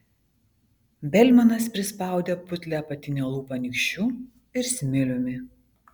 belmanas prispaudė putlią apatinę lūpą nykščiu ir smiliumi